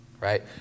right